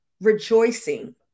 rejoicing